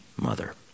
mother